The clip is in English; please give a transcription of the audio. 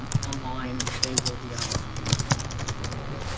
um online they will be online in just a couple weeks.